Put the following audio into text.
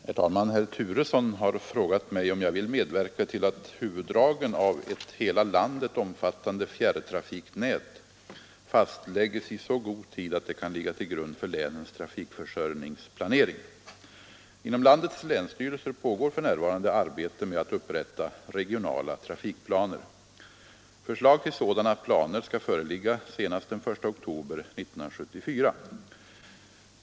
Herr talman! Herr Turesson har frågat mig om jag vill medverka till att huvuddragen av ett hela landet omfattande fjärrtrafiknät fastläggs i så god tid att det kan ligga till grund för länens trafikförsörjningsplanering. Inom landets länsstyrelser pågår för närvarande arbete med att upprätta regionala trafikplaner. Förslag till sådana planer skall föreligga senast den 1 oktober 1974.